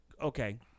Okay